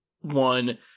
one